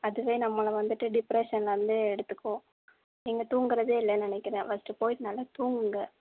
அதுவே நம்மளை வந்துட்டு டிப்ரெஷன் வந்து எடுத்துக்கும் நீங்கள் தூங்குகிறதே இல்லைன்னு நினைக்கிறேன் ஃபஸ்ட்டு போய்ட்டு நல்லா தூங்குங்க